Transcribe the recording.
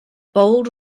bold